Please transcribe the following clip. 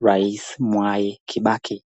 rais Mwai Kibaki.